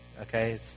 okay